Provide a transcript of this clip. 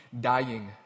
dying